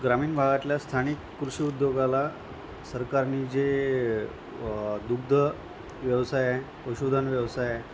ग्रामीण भागातल्या स्थानिक कृषी उद्योगाला सरकारनी जे दुग्ध व्यवसाय पशुधन व्यवसाय